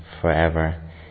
forever